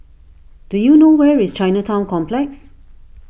do you know where is Chinatown Complex